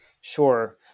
Sure